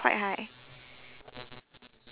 quite high